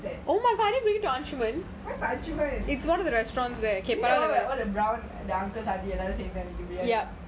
what's archmen is it that one where brown the uncles are all எல்லாரும் சேர்த்து அன்னிக்கி biryani seathu aniki biriyani